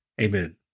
Amen